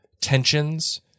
tensions